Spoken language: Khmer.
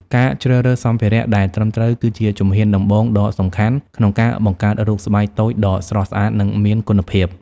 ការជ្រើសរើសសម្ភារៈដែលត្រឹមត្រូវ គឺជាជំហានដំបូងដ៏សំខាន់ក្នុងការបង្កើតរូបស្បែកតូចដ៏ស្រស់ស្អាត និងមានគុណភាព។